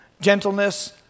gentleness